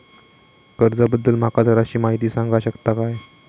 कर्जा बद्दल माका जराशी माहिती सांगा शकता काय?